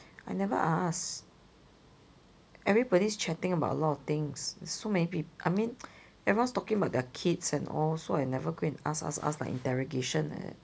I never ask everybody's chatting about a lot of things so many peo~ I mean everyone's talking about the kids and all so I never go and ask ask ask like interrogation like that